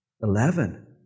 Eleven